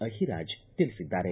ಅಹಿರಾಜ್ ತಿಳಿಸಿದ್ದಾರೆ